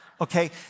okay